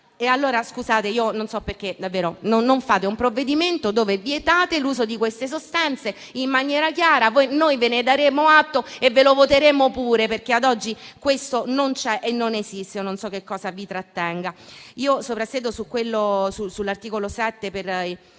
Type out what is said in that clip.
è cosa ben diversa. Non so perché davvero non fate un provvedimento dove vietate l'uso di queste sostanze in maniera chiara. Voi ve ne daremo atto e ve lo voteremo pure, perché ad oggi questo non c'è e non esiste. Non so che cosa vi trattenga. Soprassiedo sull'articolo 7